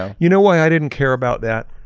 ah you know why i didn't care about that?